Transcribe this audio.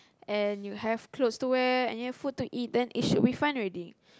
and you have clothes to wear and you have food to eat then it should be fine already